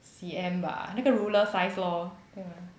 C_M 吧那个 ruler size lor ya